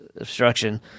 obstruction